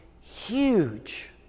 huge